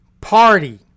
Party